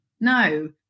No